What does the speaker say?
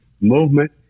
movement